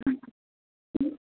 হুম হুম